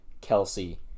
Kelsey